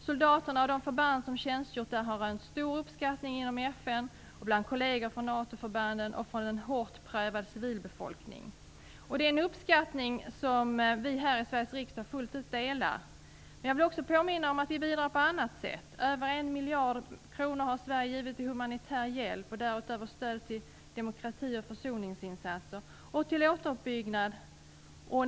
Soldaterna och de förband som tjänstgjort där har rönt stor uppskattning inom FN, bland kollegor från NATO-förbanden och från en hårt prövad civilbefolkning. Det är en uppskattning som vi här i Sveriges Riksdag fullt ut delar. Men jag vill också påminna om av vi bidrar på annat sätt. Sverige har gett över en miljard kronor i humanitär hjälp. Därutöver har vi gett stöd till demokrati och försoningsinsatser och till återuppbyggnad.